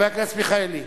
חבר הכנסת מיכאלי.